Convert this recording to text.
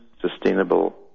sustainable